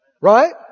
Right